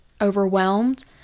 overwhelmed